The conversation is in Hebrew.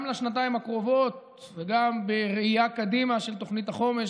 גם לשנתיים הקרובות וגם בראייה קדימה של תוכנית החומש,